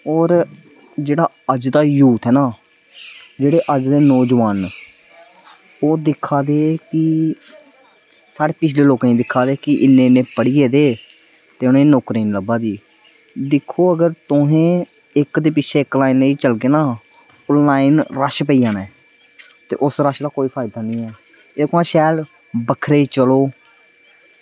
होर जेह्ड़ा अज्ज दा यूथ ऐ ना जेह्ड़े अज्ज दे नौजुआन न ओह् दिक्खा दे की साढ़े पिच्छले लोकें गी दिक्खा दे की इन्ना इन्ना पढ़ी गेदे न ते इनेंगी नौकरी निं लब्भा दी दिक्खो अगर तुसें इक्क ते पिच्छें इक्क लाईन नेईं ना चलगे ना एह् लाईन रश पेई जाना ऐ ते उस रश दा कोई फायदा निं ऐ एह्दे कोला शैल बक्खरे चलो